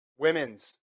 Women's